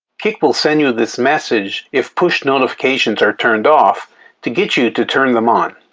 kik will send you this message if push notifications are turned off to get you to turn them on.